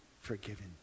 forgiven